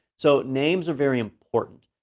so names are very important.